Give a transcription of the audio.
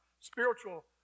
spiritual